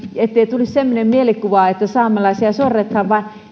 ettei tulisi semmoinen mielikuva että saamelaisia sorretaan